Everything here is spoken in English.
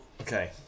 okay